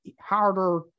harder